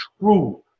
true